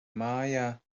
mājā